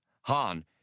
Han